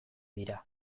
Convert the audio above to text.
dira